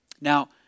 Now